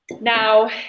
now